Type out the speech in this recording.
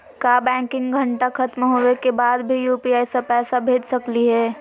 का बैंकिंग घंटा खत्म होवे के बाद भी यू.पी.आई से पैसा भेज सकली हे?